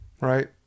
Right